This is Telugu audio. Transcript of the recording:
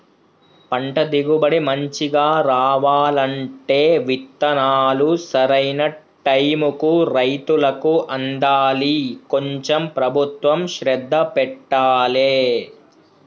పంట దిగుబడి మంచిగా రావాలంటే విత్తనాలు సరైన టైముకు రైతులకు అందాలి కొంచెం ప్రభుత్వం శ్రద్ధ పెట్టాలె